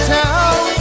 town